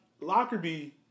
Lockerbie